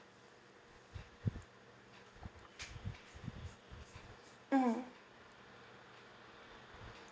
mm